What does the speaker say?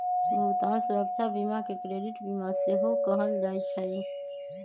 भुगतान सुरक्षा बीमा के क्रेडिट बीमा सेहो कहल जाइ छइ